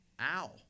Ow